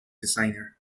designer